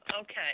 Okay